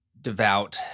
devout